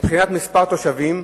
מבחינת מספר התושבים,